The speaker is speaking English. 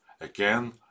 Again